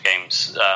games